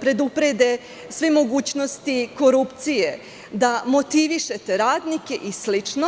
preduprede sve mogućnosti korupcije, da motivišete radnike i slično.